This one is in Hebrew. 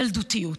זה ילדותיות.